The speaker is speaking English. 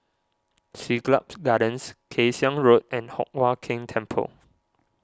Siglap Gardens Kay Siang Road and Hock Huat Keng Temple